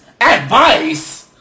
advice